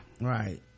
right